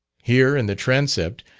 here, in the transept,